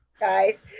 guys